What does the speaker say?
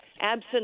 absent